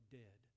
dead